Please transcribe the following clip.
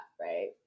right